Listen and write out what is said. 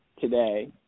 today